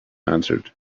answered